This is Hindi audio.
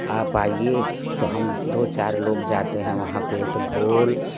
आप आइए तो हम दो चार लोग जाते हैँ वहाँ पर तो ढ़ोल